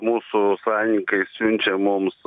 mūsų sąjungininkai siunčia mums